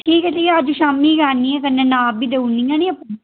ठीक ऐ ठीक ऐ अज्ज शामीं गै औन्नी आं कन्नै नाप बी देई ओड़नी ऐ निं अपना